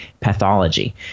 pathology